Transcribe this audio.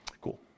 Cool